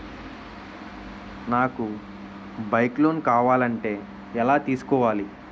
నాకు bike loan కావాలంటే ఎలా తీసుకోవాలి?